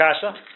kasha